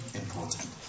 important